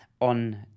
on